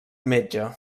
metge